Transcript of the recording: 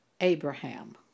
Abraham